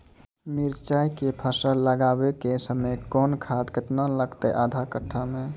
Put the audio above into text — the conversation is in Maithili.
मिरचाय के फसल लगाबै के समय कौन खाद केतना लागतै आधा कट्ठा मे?